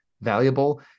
valuable